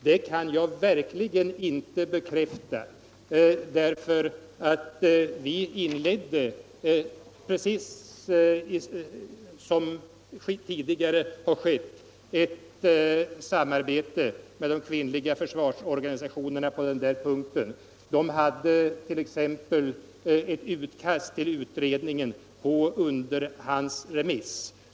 Det kan jag verkligen inte bekräfta, eftersom vi inledde —- precis som tidigare har skett — ett samarbete med de kvinnliga försvarsorganisationerna på den punkten; de hade t.ex. ett utkast till utredningens betänkande på underhandsremiss.